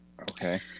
okay